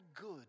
good